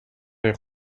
les